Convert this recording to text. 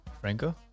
Franco